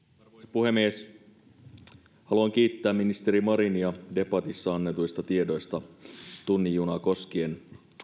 puhemies haluan kiittää ministeri marinia debatissa annetuista tiedoista tunnin junaa koskien